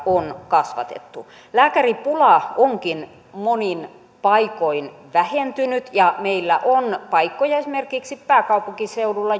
on kasvatettu lääkäripula onkin monin paikoin vähentynyt ja meillä on paikkoja esimerkiksi pääkaupunkiseudulla